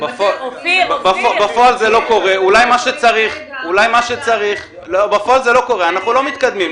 בפועל זה לא קורה ואנחנו לא מתקדמים.